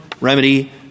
remedy